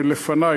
לפני,